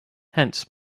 hence